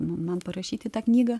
man parašyti tą knygą